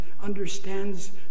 Understands